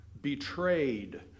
betrayed